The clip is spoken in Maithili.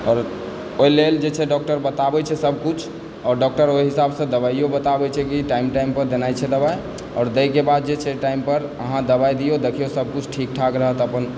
आओर ओहिलेल जे छै डॉक्टर बताबै छै सभ कुछ आओर डॉक्टर ओहि हिसाबसँ दबाइयो बताबै छै कि टाइम टाइम पर देनाइ छै दबाइ आओर दएके बाद छै टाइम पर अहाँ दबाइ दिऔ देखिऔ सभ किछु ठीक ठाक रहत अपन